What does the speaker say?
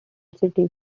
cities